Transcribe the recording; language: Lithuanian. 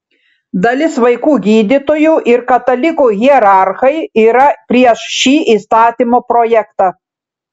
dalis vaikų gydytojų ir katalikų hierarchai yra prieš šį įstatymo projektą